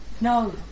No